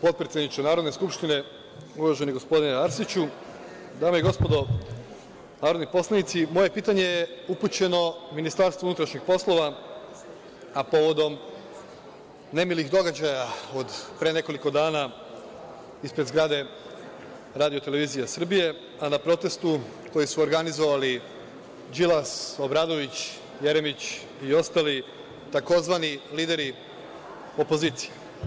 Potpredsedniče Narodne skupštine, gospodine Arsiću, dame i gospodo narodni poslanici, moje pitanje je upućeno Ministarstvu unutrašnjih poslova a povodom nemilih događaja od pre nekoliko dana ispred zgrade RTS, a na protestu koji su organizovali Đilas, Obradović, Jeremić i ostali tzv. lideri opozicije.